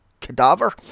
cadaver